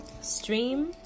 Stream